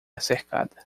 cercada